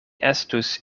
estus